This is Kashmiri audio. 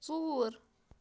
ژوٗر